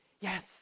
Yes